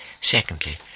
Secondly